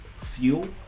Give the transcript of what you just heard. fuel